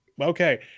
okay